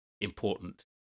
important